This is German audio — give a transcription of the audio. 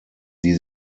die